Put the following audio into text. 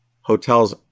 hotels